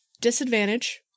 Disadvantage